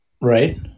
Right